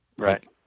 Right